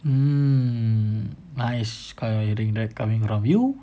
um nice caring that coming from you